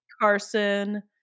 carson